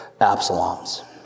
Absaloms